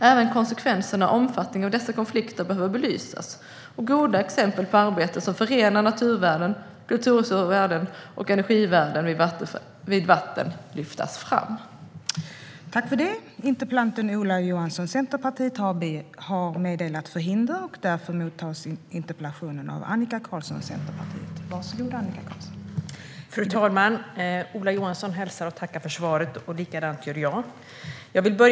Även konsekvenserna och omfattningen av dessa konflikter behöver belysas och goda exempel på arbete som förenar naturvärden, kulturhistoriska värden och energivärden vid vatten lyftas fram. Då Ola Johansson, som framställt interpellationen, anmält att han var förhindrad att närvara vid sammanträdet medgav tredje vice talmannen att Annika Qarlsson i stället fick delta i överläggningen.